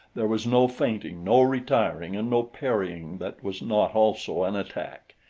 there was no feinting, no retiring and no parrying that was not also an attack.